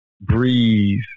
breathe